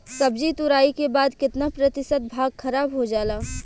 सब्जी तुराई के बाद केतना प्रतिशत भाग खराब हो जाला?